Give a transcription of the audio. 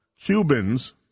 Cubans